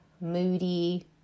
moody